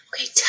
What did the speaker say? Okay